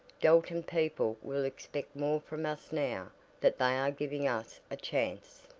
dalton people will expect more from us now that they are giving us a chance.